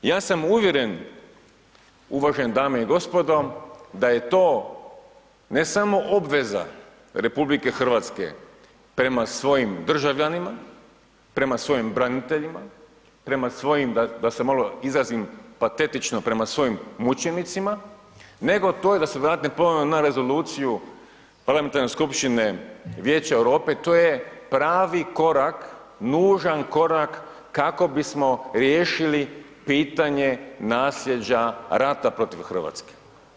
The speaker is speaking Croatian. Ja sam uvjeren uvažene dame i gospodo da je to ne samo obveza RH prema svojim državljanima, prema svojim braniteljima, prema svojim, da se malo izrazim patetično, prema svojim mučenicima, nego to je da su… [[Govornik se ne razumije]] na rezoluciju parlamentarne skupštine vijeća Europe, to je pravi korak, nužan korak kakao bismo riješili pitanje nasljeđa rata protiv RH.